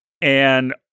And-